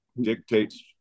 dictates